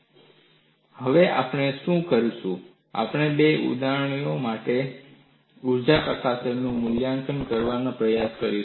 Evaluation of G for examples હવે આપણે શું કરીશું આપણે બે ઉદાહરણો માટે ઊર્જા પ્રકાશન દરનું મૂલ્યાંકન કરવાનો પ્રયાસ કરીશું